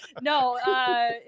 No